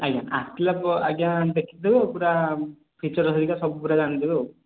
ଆଜ୍ଞା ଆସିଲା ଆଜ୍ଞା ଦେଖି ଦେବେ ପୁରା ଫିଚର୍ ହେରିକା ସବୁ ପୁରା ଜାଣି ଦେବେ ଆଉ